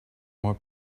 more